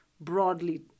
broadly